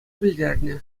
пӗлтернӗ